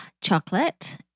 chocolate